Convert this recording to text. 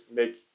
make